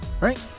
right